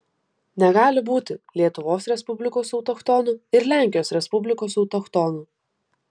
negali būti lietuvos respublikos autochtonų ir lenkijos respublikos autochtonų